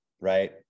Right